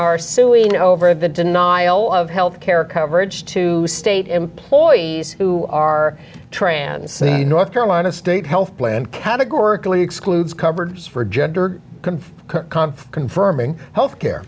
are suing over the denial of health care coverage to state employees who are trans north carolina state health plan categorically excludes coverage for gender com confirming health care